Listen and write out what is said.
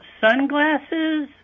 sunglasses